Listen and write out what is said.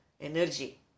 energy